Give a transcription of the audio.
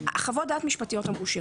חוות דעת משפטיות אמרו שלא.